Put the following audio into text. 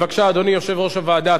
בבקשה, אדוני יושב-ראש הוועדה.